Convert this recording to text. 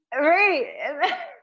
Right